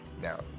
now